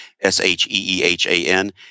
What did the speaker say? S-H-E-E-H-A-N